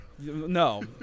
No